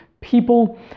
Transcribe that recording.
people